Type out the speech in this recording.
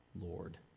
Lord